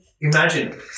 imagine